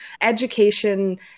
education